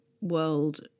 world